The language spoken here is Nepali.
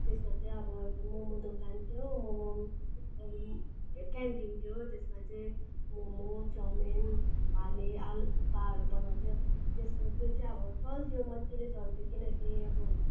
त्यसमा चाहिँ अब त्यो मोमो दोकान थियो मोमो अब क्यान्टिन थियो त्यसमा चाहिं मोमो चाउमिन उहाँले आलु थुक्पाहरू बनाउँथ्यो त्यस्तो त्यो चाहिँ अब चल्थ्यो मजाले चल्थ्यो किनकि अब